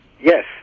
Yes